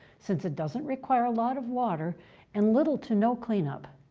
since it doesn't require a lot of water and little to no cleanup.